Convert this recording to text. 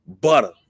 butter